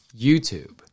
YouTube